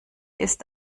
ist